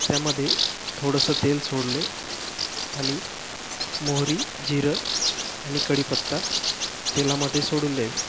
त्यामध्ये थोडंसं तेल सोडले आणि मोहरी जिरं आणि कडीपत्ता तेलामध्ये सोडून द्यावी